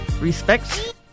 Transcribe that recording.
Respect